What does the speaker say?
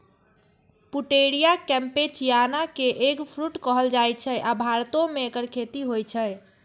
Pouteria campechiana कें eggfruit कहल जाइ छै, आ भारतो मे एकर खेती होइ छै